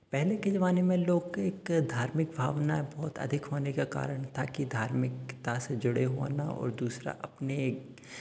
पहले के ज़माने में लोक एक धार्मिक भावनाएं बहुत अधिक होने का कारण था कि धार्मिक एकता से जुड़े होना और दूसरा अपने